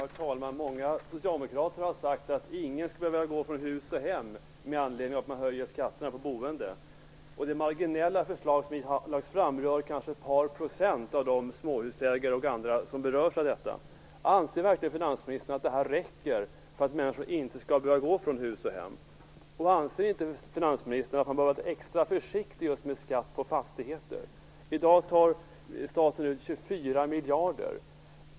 Herr talman! Många socialdemokrater har sagt att ingen skall behöva gå från hus och hem med anledning av de höjda skatterna på boende. Det marginella förslag som nu lagts fram berör kanske ett par procent av de småhusägare och andra som berörs av detta. Anser verkligen finansministern att detta förslag är tillräckligt för att människor inte skall behöva gå från hus och hem? Anser inte finansministern att man bör vara extra försiktig med just skatt på fastigheter? I dag tar staten ut 24 miljarder kronor på detta.